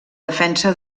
defensa